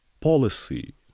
policy